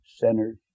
Sinners